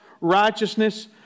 righteousness